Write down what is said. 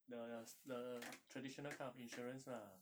the the the the traditional kind of insurance lah